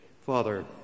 Father